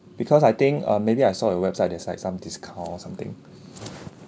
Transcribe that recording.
because I think uh maybe I saw your website there's like some discount or something